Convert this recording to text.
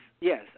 yes